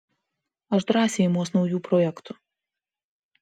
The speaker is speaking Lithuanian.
aš drąsiai imuos naujų projektų